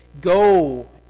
go